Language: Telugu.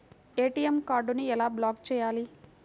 ఏ.టీ.ఎం కార్డుని ఎలా బ్లాక్ చేయాలి?